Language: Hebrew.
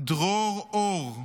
דרור אור,